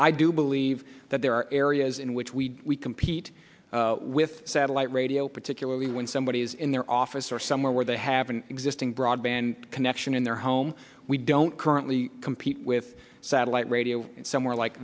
i do believe that there are areas in which we compete with satellite radio particularly when somebody is in their office or somewhere where they have an existing broadband connection in their home we don't currently compete with satellite radio somewhere like